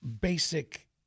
basic